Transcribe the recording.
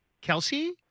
Kelsey